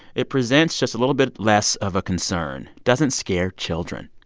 it presents just a little bit less of a concern, doesn't scare children.